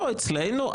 לא אצלנו.